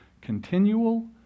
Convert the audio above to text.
continual